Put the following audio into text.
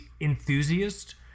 enthusiast